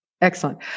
Excellent